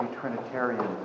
Trinitarian